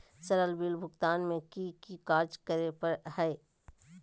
Sir bill भुगतान में की की कार्य पर हहै?